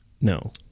No